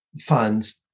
funds